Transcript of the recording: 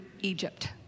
Egypt